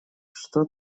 что